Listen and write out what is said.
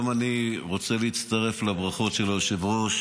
גם אני רוצה להצטרף לברכות של היושב-ראש